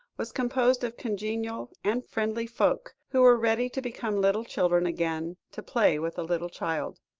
was composed of congenial and friendly folk, who were ready to become little children again, to play with a little child.